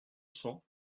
cents